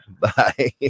Bye